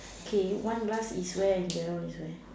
okay one glass is where and the other one is where